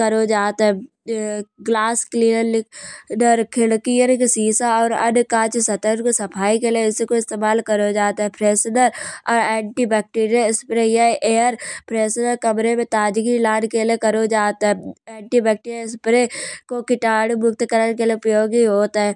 करो जात है। ग्लास क्लीनर खिड़कियाँ के शीशा और अन्य काँच सतहन को सफाई के लाए इसको इस्तेमाल करो जात है। फ्रेश्नर और एंटी बैक्टीरिया स्प्रे ये एयर फ्रेश्नर कमरे में ताजगी लान के लाए करो जात है। एंटी बैक्टीरिया स्प्रे कीटादु मुक्त करण के लाए उपयोगी होत है।